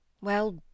Well